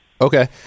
Okay